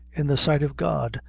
in the sight of god,